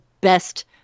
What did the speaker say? Best